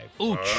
Ouch